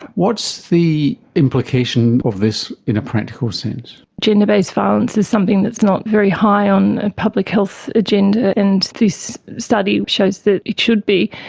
what's the implication of this in a practical sense? gender-based violence is something that's not very high on the and public health agenda and this study shows that it should be.